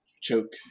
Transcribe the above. choke